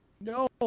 No